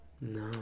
No